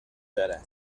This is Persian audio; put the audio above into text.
دارد